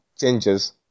changes